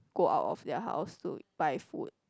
go out of their house to buy food